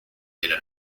della